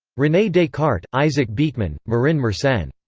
rene descartes, isaac beeckman, marin mersenne.